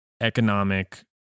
economic